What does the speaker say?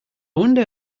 wonder